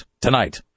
tonight